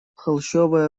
холщовая